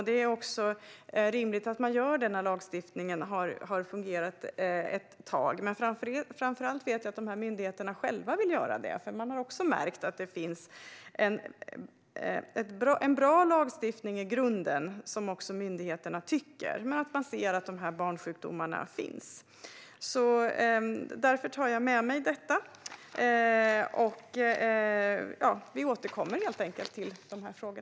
Det är också rimligt att man gör det när lagstiftningen har varit i kraft ett tag. Men framför allt vet jag att dessa myndigheter själva vill göra det. De har också märkt att det finns en bra lagstiftning i grunden - det tycker myndigheterna - men de ser att dessa barnsjukdomar finns. Därför tar jag med mig detta. Vi återkommer helt enkelt till dessa frågor.